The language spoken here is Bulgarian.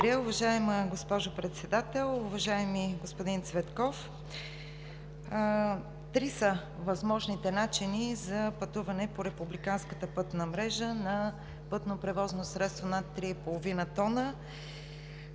уважаема госпожо Председател. Уважаеми господин Цветков, три са възможните начини за пътуване по републиканската пътна мрежа на пътно превозно средство над 3,5 тона,